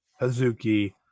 Hazuki